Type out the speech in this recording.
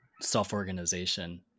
self-organization